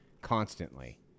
constantly